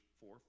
four